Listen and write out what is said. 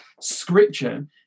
scripture